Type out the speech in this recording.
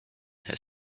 had